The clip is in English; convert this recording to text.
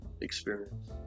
experience